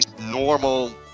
normal